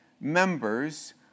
members